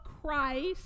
Christ